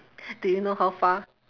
do you know how far